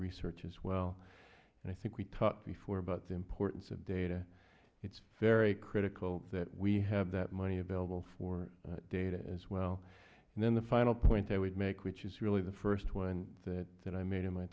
research as well and i think we taught before about the importance of data it's very critical that we have that money available for data as well and then the final point i would make which is really the first one that that i made in my